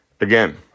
Again